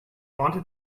wanted